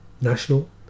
national